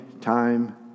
time